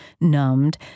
numbed